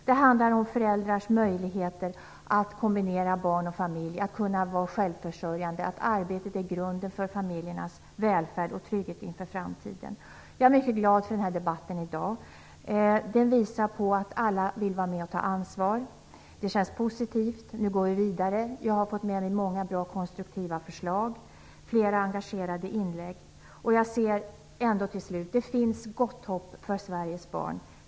Det handlar om föräldrars möjligheter att kombinera barn och familj och att vara självförsörjande. Arbetet är grunden för familjernas välfärd och trygghet inför framtiden. Jag är mycket glad över debatten i dag. Den visar att alla vill vara med och ta ansvar. Det känns positivt, och nu går vi vidare. Jag har fått många bra konstruktiva förslag och har lyssnat till flera engagerande inlägg. Jag vill till slut säga: Det finns gott hopp för Sveriges barn.